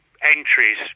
Entries